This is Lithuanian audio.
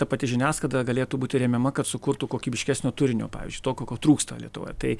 ta pati žiniasklaida galėtų būti remiama kad sukurtų kokybiškesnio turinio pavyzdžiui to ko ko trūksta lietuvoje tai